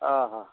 अहा